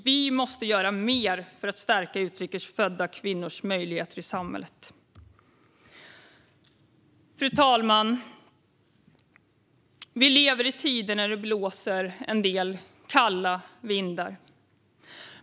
Vi måste göra mer för att stärka utrikes födda kvinnors möjligheter i samhället. Fru talman! Vi lever i tider när det blåser en del kalla vindar.